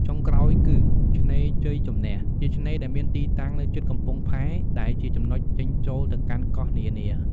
ចុងក្រោយគឺ ឆ្នេរជ័យជំនះ ជាឆ្នេរដែលមានទីតាំងនៅជិតកំពង់ផែ ដែលជាចំណុចចេញចូលទៅកាន់កោះនានា។